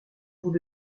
vous